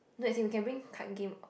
no as in we can bring card game or not